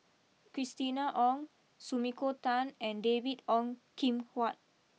Christina Ong Sumiko Tan and David Ong Kim Huat